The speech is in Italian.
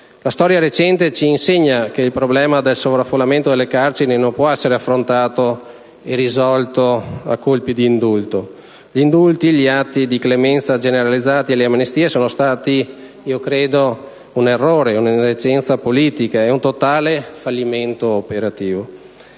La storia recente ci insegna che il problema del sovraffollamento delle carceri non può essere affrontato e risolto a colpi di indulto. Gli indulti, gli atti di clemenza generalizzati e le amnistie sono stati un errore, un'indecenza politica e un totale fallimento operativo.